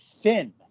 thin